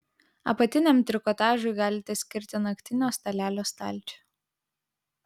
apatiniam trikotažui galite skirti naktinio stalelio stalčių